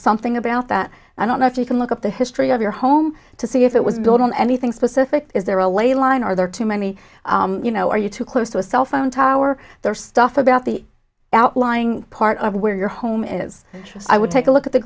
something about that i don't know if you can look up the history of your home to see if it was built on anything specific is there a way line are there too many you know are you too close to a cellphone tower there stuff about the outlying part of where your home is i would take a look at the